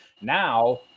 now